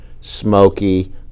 smoky